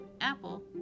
Apple